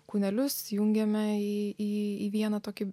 kūnelius jungėme į į į vieną tokį